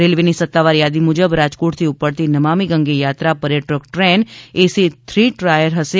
રેલવેની સત્તાવાર યાદી મુજબ રાજકોટથી ઉપડતી નમામી ગંગે યાત્રા પર્યટક ટ્રેન એસી થ્રી ટાયર હશે